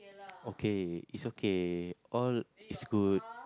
okay it's okay all is good